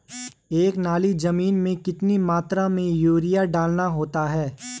एक नाली जमीन में कितनी मात्रा में यूरिया डालना होता है?